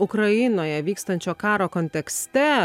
ukrainoje vykstančio karo kontekste